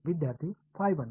विद्यार्थीः फाय 1